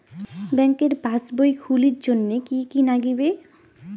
ব্যাঙ্কের পাসবই খুলির জন্যে কি কি নাগিবে?